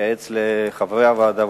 ייעץ לחברי הוועדה,